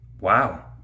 Wow